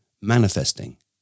manifesting